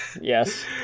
Yes